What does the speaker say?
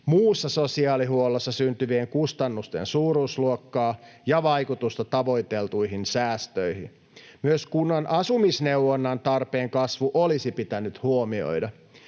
muussa sosiaalihuollossa syntyvien kustannusten suuruusluokkaa ja vaikutusta tavoiteltuihin säästöihin. Myös kunnan asumisneuvonnan tarpeen kasvu olisi pitänyt huomioida.